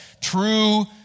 True